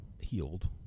healed